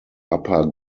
upper